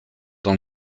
dans